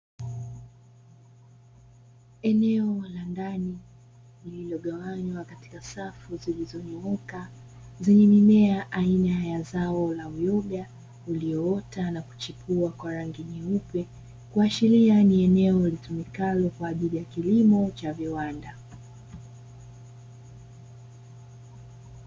Eneo la ndani lililogawanywa katika safu zilizonyooka zenye mimea aina ya zao la uyoga ulioota na kuchipua kwa rangi nyeupe, kuashiria ni eneo litumikalo kwa ajili ya kilimo cha viwanda.